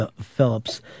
Phillips